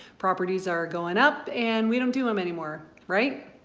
properties are going up and we don't do em anyway, right?